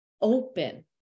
open